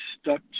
stuck